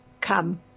come